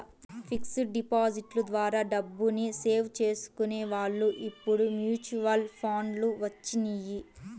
fixed డిపాజిట్ల ద్వారా డబ్బుని సేవ్ చేసుకునే వాళ్ళు ఇప్పుడు మ్యూచువల్ ఫండ్లు వచ్చినియ్యి